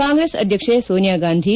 ಕಾಂಗ್ರೆಸ್ ಅಧ್ಯಕ್ಷೆ ಸೋನಿಯಾ ಗಾಂಧಿ